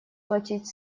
платить